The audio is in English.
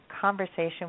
conversation